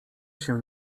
się